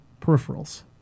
peripherals